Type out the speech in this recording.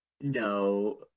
No